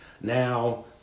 Now